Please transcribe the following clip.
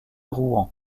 rouen